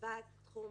עזבה את התחום